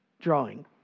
drawing